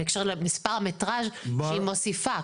בהקשר למטראז' שהיא מוסיפה.